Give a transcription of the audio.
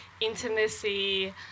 intimacy